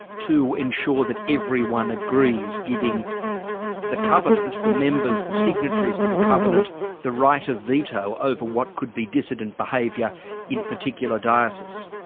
to ensure that everyone agrees, giving the covenant the members the signatories to the covenant the right of veto over what could be dissident behaviour in a particular diocese?